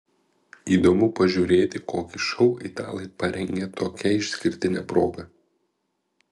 įdomu pažiūrėti kokį šou italai parengė tokia išskirtine proga